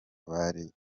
bakereye